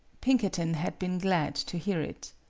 pinkerton had been glad to hear it.